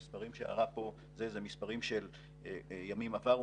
המספרים שהראו פה אלה מספרים של ימים עברו,